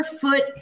foot